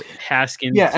haskins